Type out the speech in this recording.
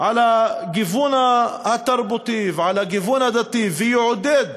על הגיוון התרבותי, ועל הגיוון הדתי, ויעודד